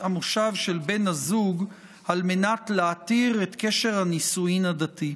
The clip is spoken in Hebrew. המושב של בן הזוג על מנת להתיר את קשר הנישואין הדתי.